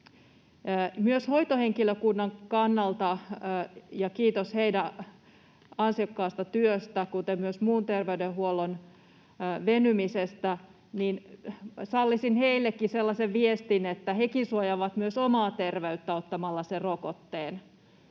Hoitohenkilökunnalle kiitos heidän ansiokkaasta työstään kuten myös muulle terveydenhuollolle venymisestä. Sallisin heillekin sellaisen viestin, että he suojaavat myös omaa terveyttään ottamalla sen rokotteen.